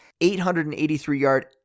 883-yard